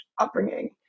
upbringing